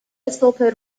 صبح